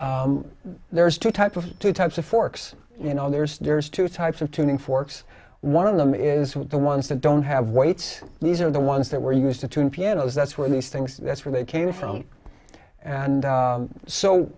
there's two type of two types of forks you know there's there's two types of tuning forks one of them is the ones that don't have weights these are the ones that were used to tune pianos that's where these things that's where they came from and